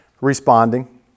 responding